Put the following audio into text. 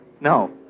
No